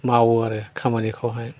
मावो आरो खामानिखौहाय